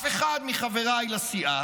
אף אחד מחבריי לסיעה,